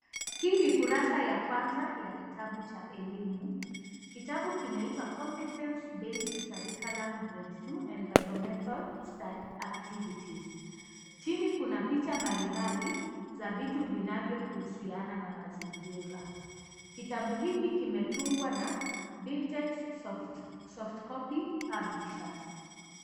Hii ni kurasa ya kwanza ya kitabu cha elimu, kitabu kunaitwa compitence based curriculum, grade two environmental activities , chini kuna picha mbalimbali za vitu vinavyohusiana na mazingira, kitabu hiki kimetungwa na Vintex Softcopy Publishers.